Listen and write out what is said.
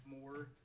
more